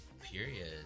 period